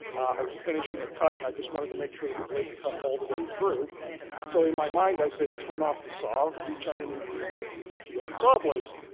i was finishing a cut and i just wanted to make sure that the blade cut all the way through so in my mind i said turn off the saw, reach underneath to see if you can feel the saw blade,